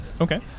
okay